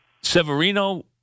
Severino